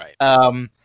Right